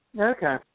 okay